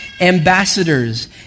ambassadors